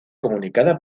comunicada